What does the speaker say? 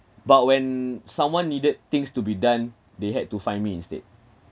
but when someone needed things to be done they had to find me instead